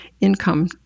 income